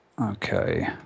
okay